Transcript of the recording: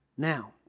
Now